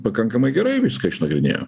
pakankamai gerai viską išnagrinėjo